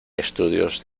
estudios